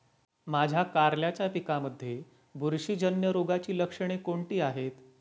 माझ्या कारल्याच्या पिकामध्ये बुरशीजन्य रोगाची लक्षणे कोणती आहेत?